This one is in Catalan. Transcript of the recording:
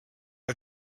les